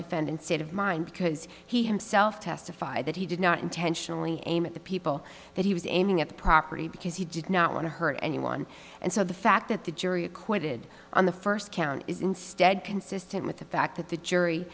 defendant's state of mind because he himself testified that he did not intentionally aim at the people that he was aiming at the property because he did not want to hurt anyone and so the fact that the jury acquitted on the first count is instead consistent with the fact that the jury